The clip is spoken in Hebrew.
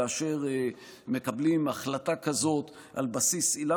כאשר מקבלים החלטה כזאת על בסיס עילה